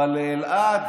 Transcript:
אבל לאלעד